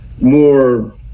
more